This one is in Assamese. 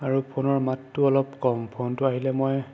আৰু ফোনৰ মাতটো অলপ কম ফোনটো আহিলে মই